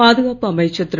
பாதுகாப்பு அமைச்சர் திரு